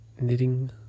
Knitting